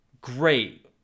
great